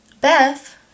Beth